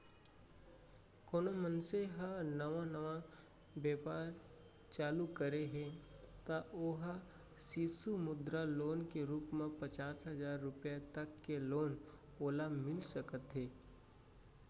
कोनो मनसे ह नवा नवा बेपार चालू करे हे त ओ ह सिसु मुद्रा लोन के रुप म पचास हजार रुपया तक के लोन ओला मिल सकथे